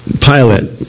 pilot